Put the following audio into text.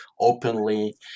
openly